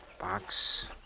Box